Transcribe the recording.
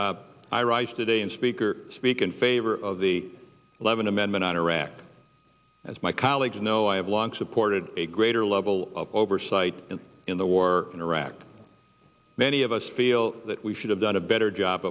i rise today in speaker speak in favor of the eleven amendment on iraq as my colleagues know i have long supported a greater level of oversight in the war in iraq many of us feel that we should have done a better job